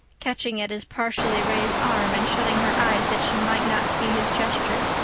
catching at his partially raised arm and shutting her eyes that she might not see his gesture.